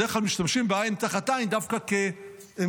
בדרך כלל משתמשים ב"עין תחת עין" דווקא כאמצעי,